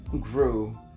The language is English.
grew